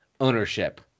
ownership